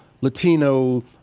Latino